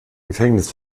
gefängnis